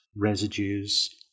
residues